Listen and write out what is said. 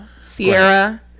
Sierra